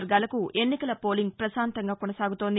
వర్గాలకు ఎన్నికల పోలింగ్ పశాంతంగా కొనసాగుతోంది